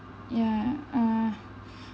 ya uh